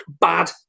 bad